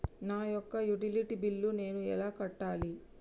నా యొక్క utility bill నేను ఎలా కట్టాలి?